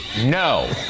No